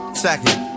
second